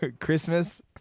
Christmas